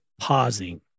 pausing